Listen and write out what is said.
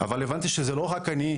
אבל הבנתי שזה לא רק אני,